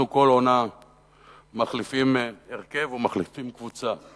כל עונה מחליפים הרכב או מחליפים קבוצה.